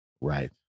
Right